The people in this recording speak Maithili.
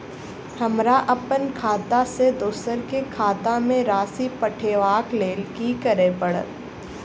हमरा अप्पन खाता सँ दोसर केँ खाता मे राशि पठेवाक लेल की करऽ पड़त?